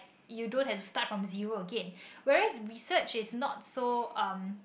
you don't have start from zero again wheres research is not so um